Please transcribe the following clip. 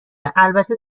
البته